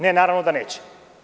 Ne, naravno da neće.